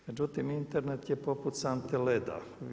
Međutim, Internet je poput sante leda.